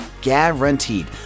Guaranteed